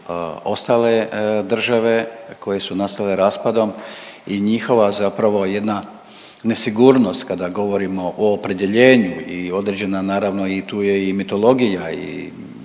ostale države koje su nastale raspadom i njihova zapravo jedna nesigurnost kada govorimo o opredjeljenju i određena, naravno i tu je i mitologija i